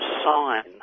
sign